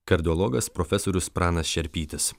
kardiologas profesorius pranas šerpytis